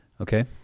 Okay